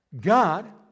God